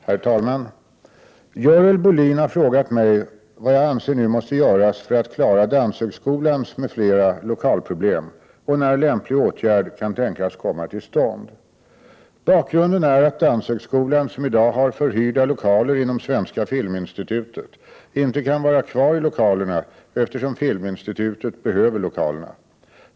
Herr talman! Görel Bohlin har frågat mig vad jag anser nu måste göras för att klara Danshögskolans m.fl. lokalproblem och när lämplig åtgärd kan tänkas komma till stånd. Bakgrunden är att Danshögskolan, som i dag har förhyrda lokaler inom Svenska filminstitutet, inte kan vara kvar i lokalerna, eftersom Filminstitutet behöver lokalerna.